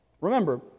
Remember